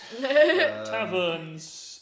Taverns